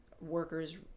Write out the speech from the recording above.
workers